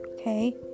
Okay